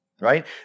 right